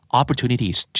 opportunities